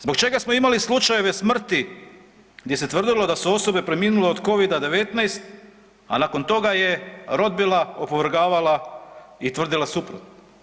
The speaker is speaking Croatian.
Zbog čega smo imali slučajeve smrti gdje se tvrdilo da su osobe preminule od Covid-19, a nakon toga je rodbina opovrgavala i tvrdila suprotno?